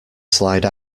slide